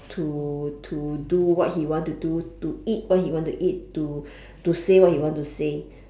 to to do what he want to do to eat what he want to eat to to say what he want to say